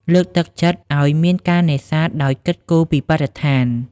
លើកទឹកចិត្តឲ្យមានការនេសាទដោយគិតគូរពីបរិស្ថាន។